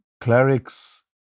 clerics